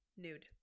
nude